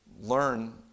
learn